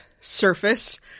surface